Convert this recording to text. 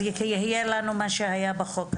יהיה לנו מה שהיה בחוק השני.